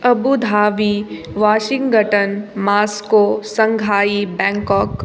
Abu Dhabi Washington Moscow Shanghai Bangkok